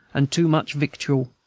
and too much victual!